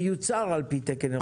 מיוצר על פי תקן אירופאי?